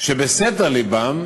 שבסתר לבם,